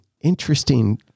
interesting